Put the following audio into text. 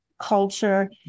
culture